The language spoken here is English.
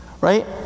right